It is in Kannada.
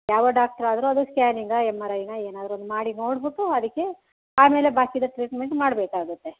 ಯಾವ ಡಾಕ್ಟ್ರ್ ಆದರು ಅದು ಸ್ಕ್ಯಾನಿಂಗಾ ಎಮ್ ಆರ್ ಐನ ಏನಾದ್ರು ಒಂದು ಮಾಡಿ ನೋಡ್ಬಿಟ್ಟು ಅದಕ್ಕೆ ಆಮೇಲೆ ಬಾಕಿದು ಟ್ರೀಟ್ಮೆಂಟ್ ಮಾಡಬೇಕಾಗತ್ತೆ